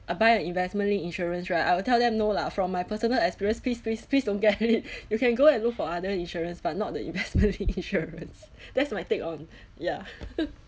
uh buy a investment linked insurance right I will tell them no lah from my personal experience please please please don't get it you can go and look for other insurance but not the investment linked insurance that's my take on ya